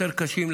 יותר קשים,